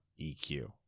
EQ